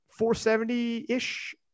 470-ish